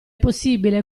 possibile